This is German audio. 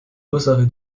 ursache